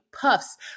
puffs